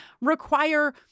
require